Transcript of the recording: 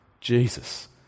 Jesus